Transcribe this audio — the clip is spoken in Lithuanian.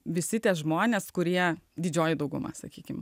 visi tie žmonės kurie didžioji dauguma sakykime